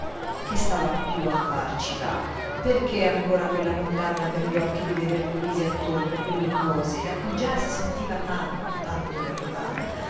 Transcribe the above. che stava più a farci lì perché ancora quella condanna per gli occhi di veder quei visi attorno e quelle cose da cui gli si sentiva tanto tanto lontana